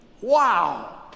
wow